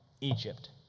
Egypt